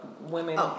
women